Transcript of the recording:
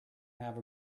have